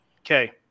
Okay